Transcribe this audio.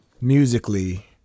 musically